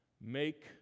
Make